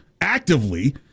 actively